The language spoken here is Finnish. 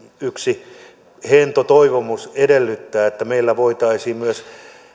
yksi hento toivomus esittää että meillä voitaisiin pohtia myös